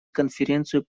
конференцию